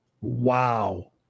Wow